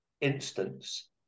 instance